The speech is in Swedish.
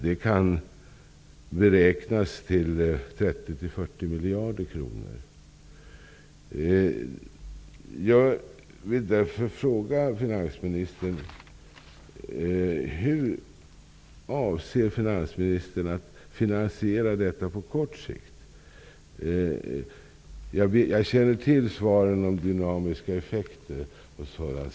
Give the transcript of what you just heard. Det kan beräknas till 30--40 miljarder kronor. Jag vill därför fråga finansministern: Hur avser finansministern att finansiera detta på kort sikt? Jag känner till svaren om dynamiska effekter och sådant.